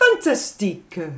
Fantastique